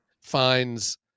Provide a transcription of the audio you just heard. finds